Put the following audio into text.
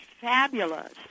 fabulous